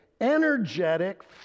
energetic